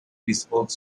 bespoke